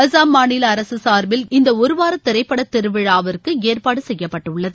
அசாம் மாநில அரசு சார்பில் இந்த ஒருவார திரைப்பட திருவிழாவிற்கு ஏற்பாடு செய்யப்பட்டுள்ளது